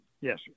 Yes